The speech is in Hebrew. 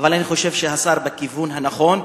אבל אני חושב שהשר בכיוון הנכון,